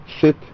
sit